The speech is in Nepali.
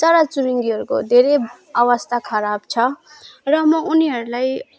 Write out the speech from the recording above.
चराचुरुङ्गीहरूको धेरै अवस्था खराब छ र म उनीहरूलाई